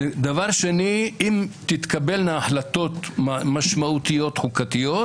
השנייה, אם תתקבלנה החלטות משמעותיות חוקתיות,